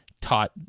taught